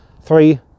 three